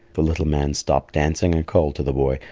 the little man stopped dancing and called to the boy,